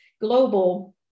global